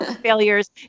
failures